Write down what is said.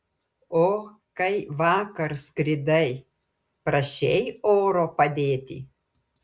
o kai vakar skridai prašei oro padėti